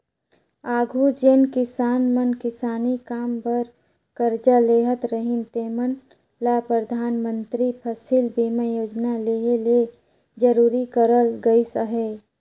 आघु जेन किसान मन किसानी काम बर करजा लेहत रहिन तेमन ल परधानमंतरी फसिल बीमा योजना लेहे ले जरूरी करल गइस अहे